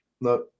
No